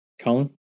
Colin